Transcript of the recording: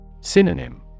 Synonym